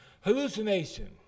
Hallucination